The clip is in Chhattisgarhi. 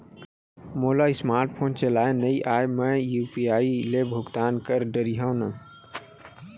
मोला स्मार्ट फोन चलाए नई आए मैं यू.पी.आई ले भुगतान कर डरिहंव न?